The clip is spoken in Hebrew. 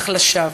אך לשווא,